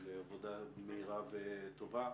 על עבודה מהירה וטובה,